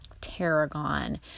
tarragon